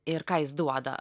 ir ką jis duoda